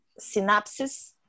synapses